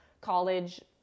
college